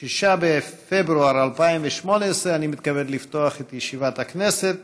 6 בפברואר 2018. אני מתכבד לפתוח את ישיבת הכנסת.